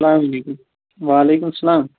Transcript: اَسلامُ عَلیکُم وَعلیکُم اَسَلام